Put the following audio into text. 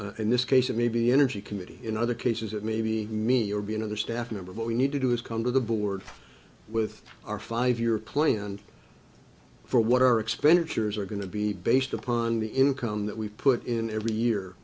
in this case it may be energy committee in other cases it may be me or be another staff member what we need to do is come to the board with our five year plan for what our expenditures are going to be based upon the income that we put in every year